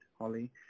Holly